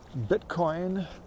Bitcoin